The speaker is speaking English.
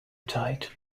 tight